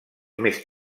més